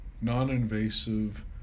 non-invasive